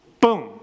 Boom